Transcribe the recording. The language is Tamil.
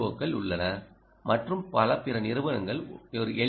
ஓக்கள் உள்ளன மற்றும் பல பிற நிறுவனங்கள் ஒரு எல்